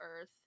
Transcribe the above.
earth